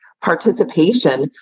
participation